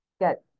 get